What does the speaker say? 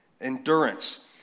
endurance